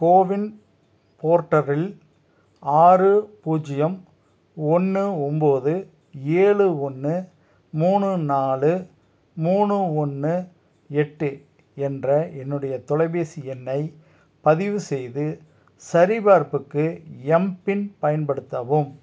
CoWIN போர்ட்டலில் ஆறு பூஜ்ஜியம் ஒன்று ஒம்பது ஏழு ஒன்று மூணு நாலு மூணு ஒன்று எட்டு என்ற என்னுடைய தொலைபேசி எண்ணை பதிவு செய்து சரிபார்ப்புக்கு எம்பின் பயன்படுத்தவும்